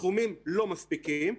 סכומים לא מספיקים.